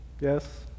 Yes